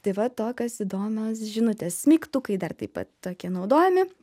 tai va tokios įdomios žinutės smeigtukai dar taip pat tokie naudojami